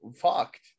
fucked